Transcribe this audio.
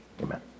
Amen